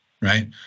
right